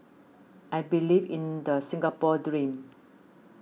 I believe in the Singapore dream